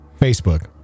Facebook